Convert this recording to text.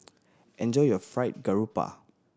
enjoy your Fried Garoupa